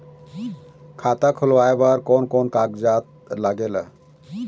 खाता खुलवाय बर कोन कोन कागजात लागेल?